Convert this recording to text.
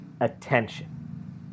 attention